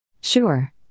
Sure